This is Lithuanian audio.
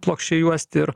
plokščiajuostį ir